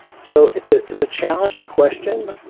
so it's ah it's a challenging question.